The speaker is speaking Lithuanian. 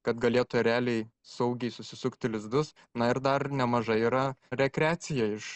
kad galėtų realiai saugiai susisukti lizdus na ir dar nemažai yra rekreacija iš